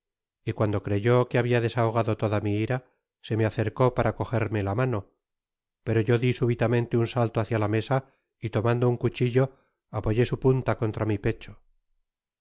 y cuando creyó que habia desahogado toda mi ira se me acercó para cogerme la mano pero yo di súbitamente un salto hácia la mesa y tomando un cuchillo apoyé su punta contra mi pecho